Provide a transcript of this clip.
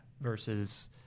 versus